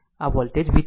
આમ આ voltage v3 છે